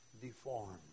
deformed